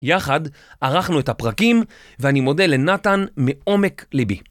יחד ערכנו את הפרקים, ואני מודה לנתן מעומק ליבי.